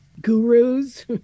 gurus